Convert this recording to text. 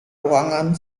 ruangan